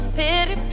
pity